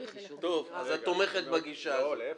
אז את תומכת בגישה הזאת.